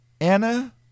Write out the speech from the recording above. Anna